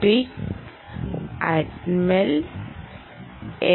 pic Atmel N